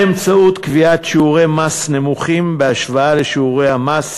באמצעות קביעת שיעורי מס נמוכים בהשוואה לשיעורי המס